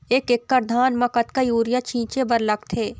एक एकड़ धान म कतका यूरिया छींचे बर लगथे?